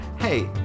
hey